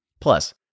Plus